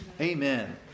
Amen